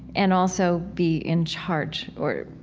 and also be in charge, or?